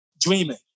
dreaming